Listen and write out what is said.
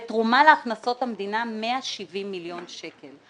ותרומה להכנסות המדינה 170 מיליון שקל.